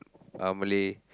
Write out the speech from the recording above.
uh Malay